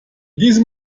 diesem